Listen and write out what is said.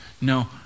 No